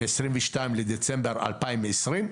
2022 בדצמבר 2020,